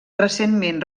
recentment